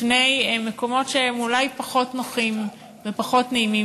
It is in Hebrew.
במקומות שהם אולי פחות נוחים ופחות נעימים,